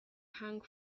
hung